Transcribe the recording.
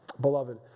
beloved